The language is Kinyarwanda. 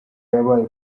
yabaye